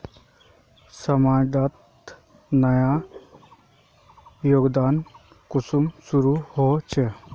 समाज डात नया योजना कुंसम शुरू होछै?